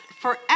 Forever